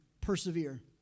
persevere